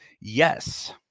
Yes